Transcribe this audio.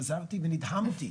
חזרתי ונדהמתי